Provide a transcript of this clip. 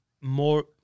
more